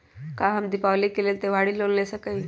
का हम दीपावली के लेल त्योहारी लोन ले सकई?